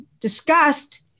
discussed